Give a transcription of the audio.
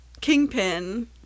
kingpin